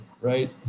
right